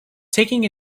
taking